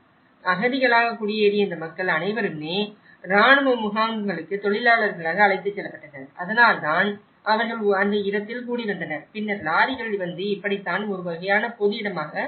அகதிகளாக குடியேறிய இந்த மக்கள் அனைவருமே இராணுவ முகாம்களுக்கு தொழிலாளர்களாக அழைத்துச் செல்லப்பட்டனர் அதனால்தான் அவர்கள் அந்த இடத்தில் கூடிவந்தனர் பின்னர் லாரிகள் வந்து இப்படித்தான் ஒரு வகையான பொது இடமாக ஆகின்றன